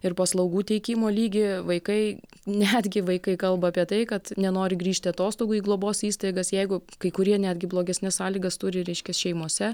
ir paslaugų teikimo lygį vaikai netgi vaikai kalba apie tai kad nenori grįžti atostogų į globos įstaigas jeigu kai kurie netgi blogesnes sąlygas turi reiškias šeimose